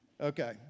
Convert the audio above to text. Okay